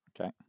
Okay